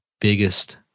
biggest